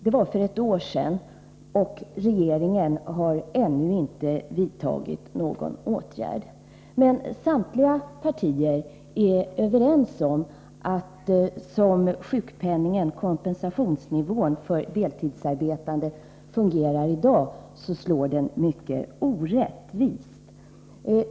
Det var alltså för ett år sedan, och regeringen har ännu inte vidtagit någon åtgärd. Men samtliga partier är överens om att som kompensationsnivån inom sjukpenningen i dag fungerar för deltidsarbetande slår systemet mycket orättvist.